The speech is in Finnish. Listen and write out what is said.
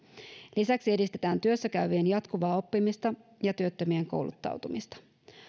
lisäksi edistetään työssäkäyvien jatkuvaa oppimista ja työttömien kouluttautumista